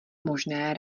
možné